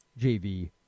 JV